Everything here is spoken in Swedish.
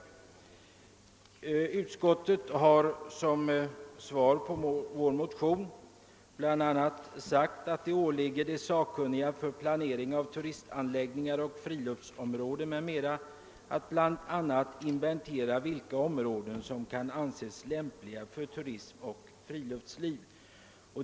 Utskottet har som svar på våra motioner sagt att det åligger de sakkunniga för planering av turistanläggningar och friluftsområden m.m. att inventera vilka områden som kan anses lämpliga för turism och friluftsliv.